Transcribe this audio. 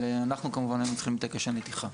אבל אנחנו כמובן היינו צריכים להתעקש על נתיחה.